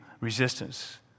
resistance